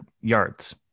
yards